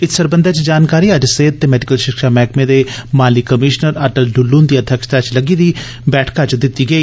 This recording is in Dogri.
इत सरबंधै च जानकारी अज्ज सेहत ते मैडिकल शिक्षा मैहकमें दे माली कमीश्नर अटल डुल्लू हुंदी अध्यक्षता च लग्गी दी बैठका च दित्ती गेई